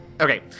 Okay